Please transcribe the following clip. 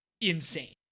insane